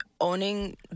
owning